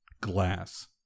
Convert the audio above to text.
glass